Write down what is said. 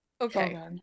Okay